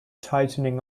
tightening